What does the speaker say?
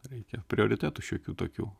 reikia prioritetų šiokių tokių